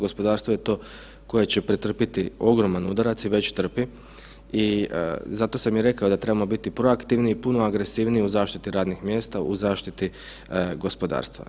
Gospodarstvo je to koje će pretrpiti ogroman udarac i već trpi i zato sam i rekao da trebamo biti proaktivni i puno agresivniji u zaštiti radnih mjesta, u zaštiti gospodarstva.